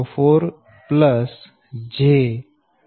16 pu 0